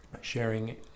sharing